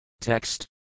Text